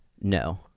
No